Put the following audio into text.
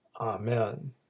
Amen